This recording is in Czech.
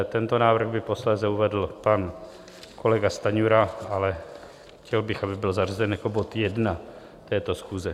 Tento návrh by posléze uvedl pan kolega Stanjura, ale chtěl bych, aby byl zařazen jako bod 1 této schůze.